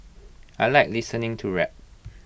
I Like listening to rap